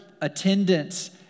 attendance